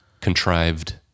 Contrived